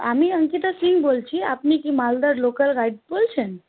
আমি অঙ্কিতা সিং বলছি আপনি কি মালদার লোকাল গাইড বলছেন